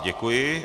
Děkuji.